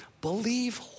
believe